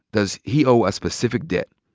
does he owe a specific debt,